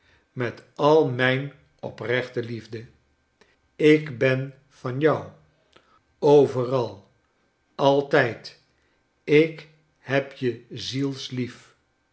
met al mijn oprechte liefde ik ben van jou overal altijd ik heb je zielsliefl